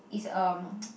is um